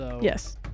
Yes